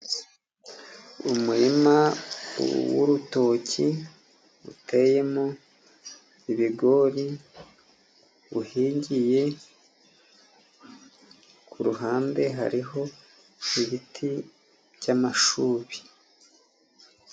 Umurima wurutoki uteyemo ibigori, uhingiye kuruhande hariho ibiti byamashubi.